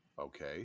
Okay